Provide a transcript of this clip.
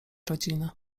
rodziny